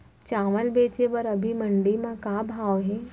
चांवल बेचे बर अभी मंडी म का भाव हे?